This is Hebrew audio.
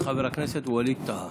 אז חבר הכנסת ווליד טאהא.